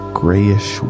grayish